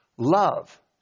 Love